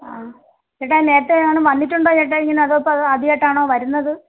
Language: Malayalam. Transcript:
ആ ചേട്ടാ നേരത്തെ എങ്ങാനും വന്നിട്ടുണ്ടോ ചേട്ടാ ഇങ്ങനെ അതോ ആദ്യമായിട്ടാണോ വരുന്നത്